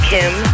Kim